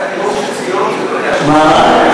בגוש-עציון, זה לא עניין של, מה?